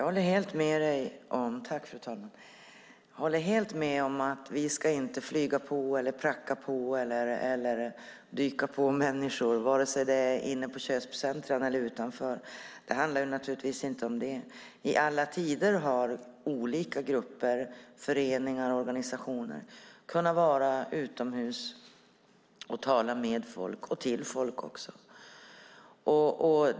Fru talman! Jag håller helt med om att vi inte ska flyga på människor och pracka på dem vår information oavsett om det sker inne på köpcentrumen eller utanför. Det handlar inte om det. I alla tider har olika grupper, föreningar och organisationer kunnat vara utomhus och tala med och till folk.